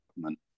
government